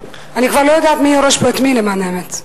אני כבר לא יודעת מי יורש פה את מי למען האמת,